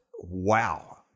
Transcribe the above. wow